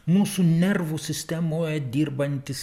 mūsų nervų sistemoje dirbantys